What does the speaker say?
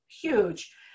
huge